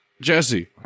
Jesse